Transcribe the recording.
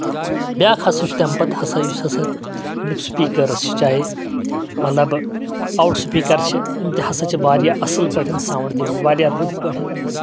بیاکھ ہسا چھُ تمہِ پَتہٕ ہسا یُس ہسا ییٚمیُک سِپیٖکٔرٕس چھِ چاہے مطلب اَوُٹ سِپیٖکر چھِ یِم تہِ ہسا چھِ واریاہ اَصٕل پٲٹھۍ سوُنٛڈ دِوان واریاہ رٕتۍ پٲٹھۍ